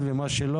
הזה.